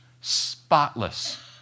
spotless